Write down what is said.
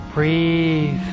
breathe